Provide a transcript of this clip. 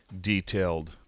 detailed